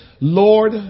Lord